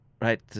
right